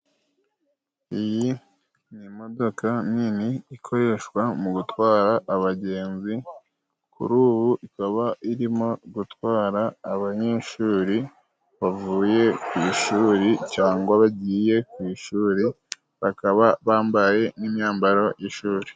Iyi ni imodoka nini ikoreshwa mu gutwara abagenzi. Kuri ubu ikaba irimo gutwara abanyeshuri bavuye ku ishuri cyangwa bagiye ku ishuri bakaba bambaye n'imyambaro y'ishuri.